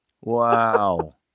Wow